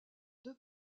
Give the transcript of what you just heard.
deux